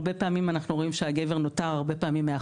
הרבה פעמים אנחנו רואים שהגבר נותר מאחור.